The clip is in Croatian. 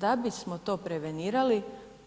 Da bismo to prevenirali